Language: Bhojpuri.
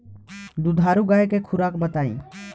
दुधारू गाय के खुराक बताई?